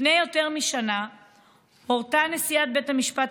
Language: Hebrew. לפני יותר משנה הורתה נשיאת בית המשפט